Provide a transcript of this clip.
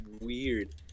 weird